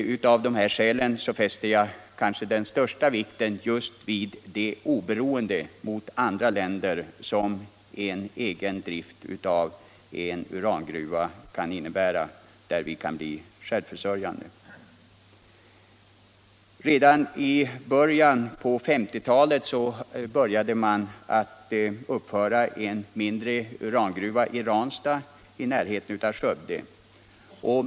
Av de här skälen fäster jag kanske den största vikten just vid det oberoende gentemot andra länder som det kan innebära att ha en egen drift av en urangruva — som kan göra oss självförsörjande. Redan under 1950-talet började man uppföra en mindre urangruva i Ranstad i närheten av Skövde.